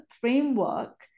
framework